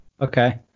Okay